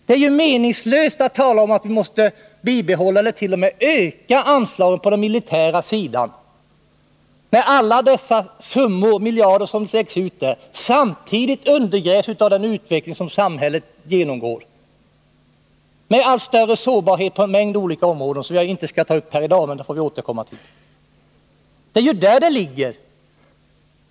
Det är meningslöst att tala om att vi måste bibehålla eller t.o.m. öka anslagen på den militära sidan, när effekten av alla de miljarder som slängs ut där samtidigt undergrävs av den utveckling som samhället genomgår, med allt större sårbarhet på en mängd olika områden — som jag inte skall ta upp här i dag men som jag får återkomma till senare.